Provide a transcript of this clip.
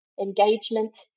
engagement